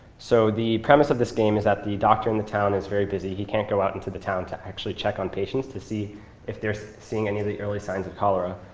so the premise of this game is that the doctor in the town is very busy. he can't go out into the town to actually on patients to see if they're seeing any of the early signs of cholera.